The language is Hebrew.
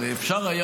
הרי אפשר היה